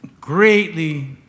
Greatly